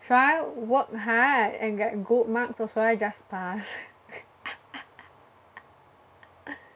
should I work hard and get good marks or should I just pass